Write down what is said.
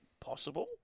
possible